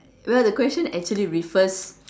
well the question actually refers